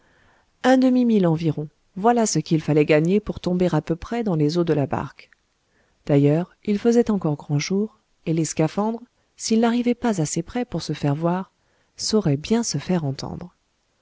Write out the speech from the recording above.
un demi-mille environ voilà ce qu'il fallait gagner pour tomber à peu près dans les eaux de la barque d'ailleurs il faisait encore grand jour et les scaphandres s'ils n'arrivaient pas assez près pour se faire voir sauraient bien se faire entendre